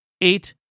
Eight